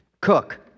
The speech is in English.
cook